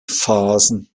phasen